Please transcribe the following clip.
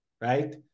right